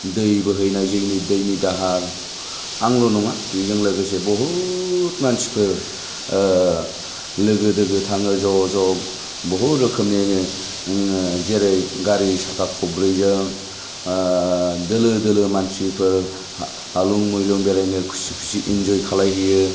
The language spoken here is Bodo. दै बोहैनाय जै दैनि दाहार आंल' नङा बेजों लोगोसे बहुथ मानसिफोर लोगो दोगो थाङो ज' ज' बहुद रोखोमनि जेरै गारि साखा खबब्रैजों दोलो दोलो मानसिफोर हालुं मैलुं बेरायनो खुसि खुसि एन्जय खालायहैयो